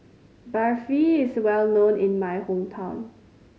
barfi is well known in my hometown